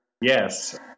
Yes